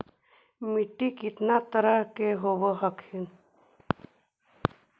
मिट्टीया कितना तरह के होब हखिन?